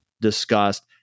discussed